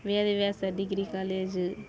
Veda Vyasa degree college